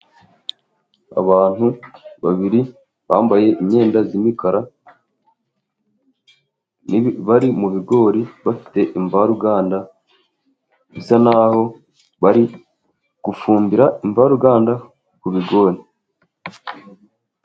Abantu babiri bambaye imyenda z'mikara bari mu bigori bafite imvaruganda, bisa naho bari gufumbira invaruganda ku bigori.